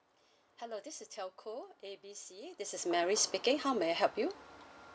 hello this is telco A B C this is mary speaking how may I help you